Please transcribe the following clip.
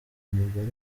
umugore